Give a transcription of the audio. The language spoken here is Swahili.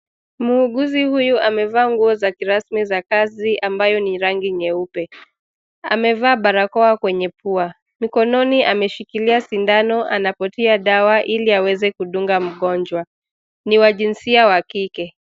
Muuguzi huyu amevaa nguo za kirasmi za kazi ambayo ni rangi nyeupe. Amevaa barakoa kwenye pua. Mkononi ameshikilia sindano na anapotia dawa ili aweze kudunga mgonjwa. Ni wa jinsia ya kike.